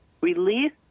release